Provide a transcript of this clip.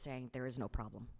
saying there is no problem